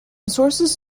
sources